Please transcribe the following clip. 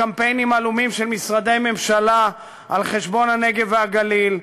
לקמפיינים עלומים של משרדי ממשלה על חשבון הנגב והגליל,